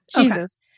Jesus